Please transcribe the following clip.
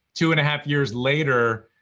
two-and-a-half years later,